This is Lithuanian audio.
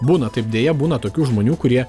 būna taip deja būna tokių žmonių kurie